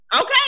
Okay